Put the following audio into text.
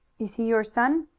is he your son?